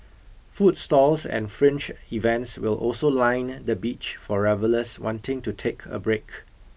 food stalls and fringe events will also line the beach for revellers wanting to take a break